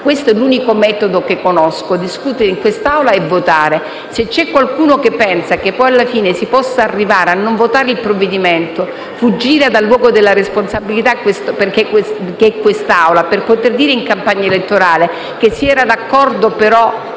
Questo è l'unico metodo che conosco: discutere in quest'Aula e votare. Se c'è qualcuno che pensa che poi alla fine si possa arrivare a non votare il provvedimento e che si possa fuggire dal luogo della responsabilità, che è quest'Aula, per poter dire in campagna elettorale che si era d'accordo e